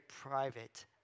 private